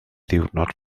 ddiwrnod